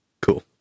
Cool